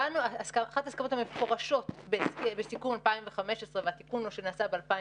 אחת ההסכמות המפורשות בסיכום 2015 והתיקון לו שנעשה ב-2016,